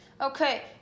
okay